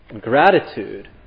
Gratitude